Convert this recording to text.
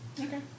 Okay